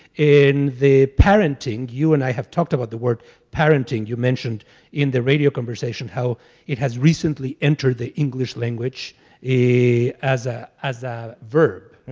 in the parenting, you and i have talked about the word parenting, you mentioned in the radio conversation how it has recently entered the english language as ah as a verb.